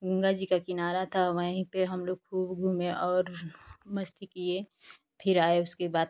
गंगा जी का किनारा था वहीं पर हमलोग खूब घूमे और मस्ती किए फिर आए उसके बाद